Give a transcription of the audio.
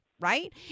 Right